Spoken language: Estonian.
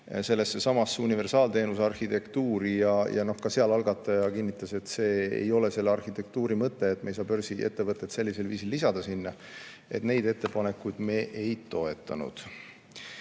sellessesamasse universaalteenuse arhitektuuri. Algataja kinnitas, et see ei ole selle arhitektuuri mõte, me ei saa börsiettevõtet sellisel viisil sinna lisada. Neid ettepanekuid me ei toetanud.